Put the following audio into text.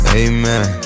amen